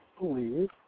believe